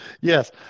Yes